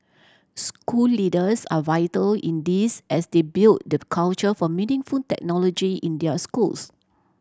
school leaders are vital in this as they build the culture for meaningful technology in their schools